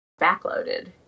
backloaded